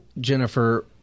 Jennifer